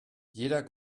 jeder